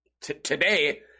Today